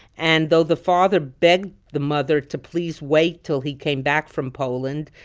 and though the father begged the mother to please wait til he came back from poland,